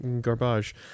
garbage